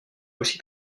aussi